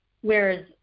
Whereas